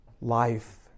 Life